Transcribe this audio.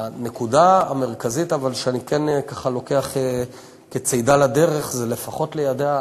אבל הנקודה המרכזית שאני כן לוקח כצידה לדרך זה לפחות ליידע,